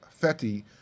Fetty